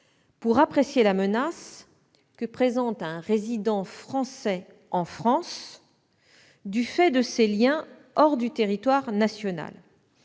pour apprécier la menace que présente un résident français en France du fait de ses liens hors du territoire national.